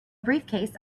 briefcase